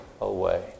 away